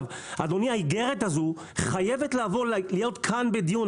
האיגרת הזו חייבת להגיע לכאן לדיון,